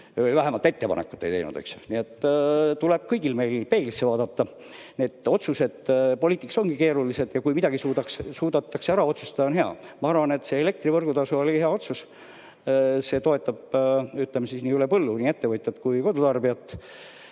või vähemalt ettepanekut ei teinud? Nii et kõigil meil tuleb peeglisse vaadata. Need otsused poliitikas ongi keerulised ja kui midagi suudetakse ära otsustada, on hea. Ma arvan, et see elektri võrgutasu [hüvitamine] oli hea otsus. See toetab, ütleme siis nii, üle põllu – nii ettevõtjat kui kodutarbijat.